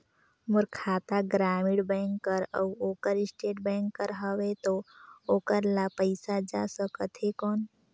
मोर खाता ग्रामीण बैंक कर अउ ओकर स्टेट बैंक कर हावेय तो ओकर ला पइसा जा सकत हे कौन?